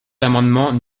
l’amendement